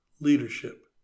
leadership